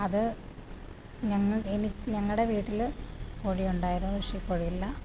അത് ഞങ്ങ എനി ഞങ്ങളുടെ വീട്ടില് കോഴി ഉണ്ടായിരുന്നു പക്ഷേ ഇപ്പോഴില്ല